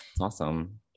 awesome